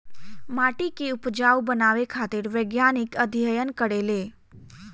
माटी के उपजाऊ बनावे खातिर वैज्ञानिक अध्ययन करेले